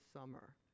summer